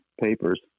papers